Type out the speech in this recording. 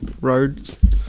roads